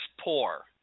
poor